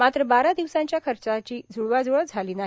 मात्र बारा दिवसांच्या खर्चाची जुळवाजुवळ झाली नाही